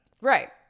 Right